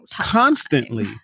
constantly